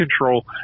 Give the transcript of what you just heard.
control